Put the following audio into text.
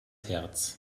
herz